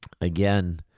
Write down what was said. again